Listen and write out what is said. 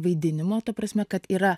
vaidinimo ta prasme kad yra